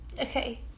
okay